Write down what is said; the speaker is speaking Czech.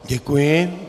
Děkuji.